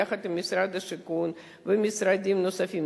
יחד עם משרד השיכון ומשרדים אחרים,